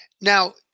now